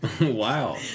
Wow